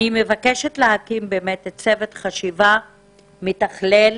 אני מבקשת להקים צוות חשיבה מתכלל